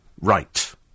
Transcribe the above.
right